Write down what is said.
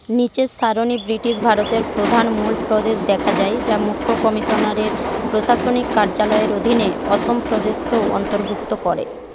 নীচের সারণী ব্রিটিশ ভারতের প্রধান মূল প্রদেশ দেখায় যা মুখ্য কমিশনারের প্রশাসনিক কার্যালয়ের অধীনে অসম প্রদেশকেও অন্তর্ভুক্ত করে